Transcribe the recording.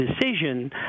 decision